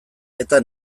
eta